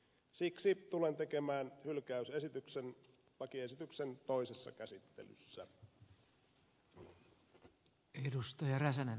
siksi tulen tekemään hylkäysehdotuksen lakiesityksen toisessa käsittelyssä